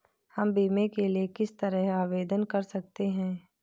हम बीमे के लिए किस तरह आवेदन कर सकते हैं?